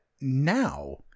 now